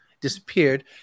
disappeared